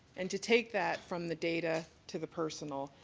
and to take that from the data to the personal,